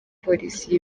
polisi